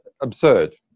Absurd